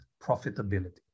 profitability